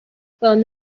phone